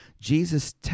Jesus